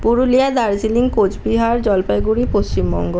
Purulia Darjeeling Cooch Behar Jalpaiguri Paschimbanga